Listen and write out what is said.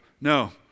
No